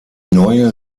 neue